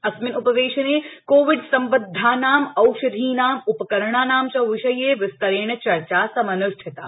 अस्मिन् उपवेशने कोविड सम्बद्धानां औषधीनां उपकरणानां च विषये विस्तरेण चर्चा समन्ष्ठिता